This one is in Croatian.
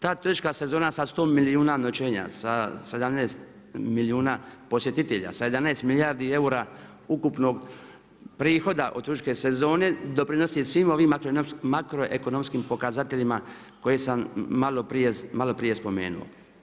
Ta turistička sezona sa 100 milijuna noćenja, sa 17 milijuna posjetitelja, sa 11 milijardi eura ukupnog prihoda od turističke sezone, doprinosi svim ovim makroekonomskim pokazateljima koje sam maloprije spomenuo.